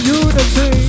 unity